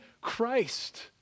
Christ